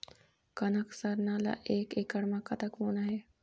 कनक सरना ला एक एकड़ म कतक बोना हे?